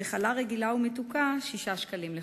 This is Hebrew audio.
וחלה רגילה ומתוקה, 6 שקלים לחודש.